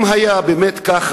אם זה ככה,